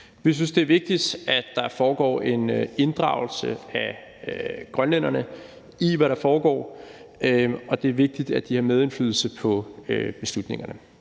Vi synes, det er vigtigt, at der foregår en inddragelse af grønlænderne i, hvad der foregår, og det er vigtigt, at de har medindflydelse på beslutningerne.